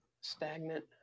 stagnant